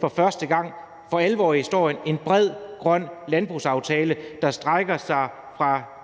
for første gang i historien for alvor har fået landet en bred grøn landbrugsaftale, der strækker sig fra